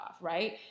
right